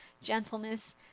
gentleness